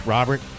Robert